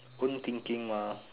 own thinking mah